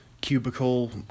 cubicle